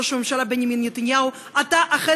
ראש הממשלה בנימין נתניהו: אתה אכן